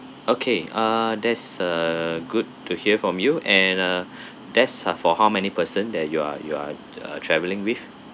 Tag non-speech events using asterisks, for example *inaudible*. okay uh thats uh good to hear from you and uh *breath* that's ah for how many person that you are you are uh travelling with